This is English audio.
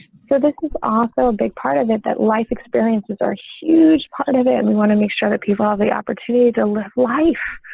so this is also a big part of it that life experiences are huge part of it. and we want to make sure that people have the opportunity to live life.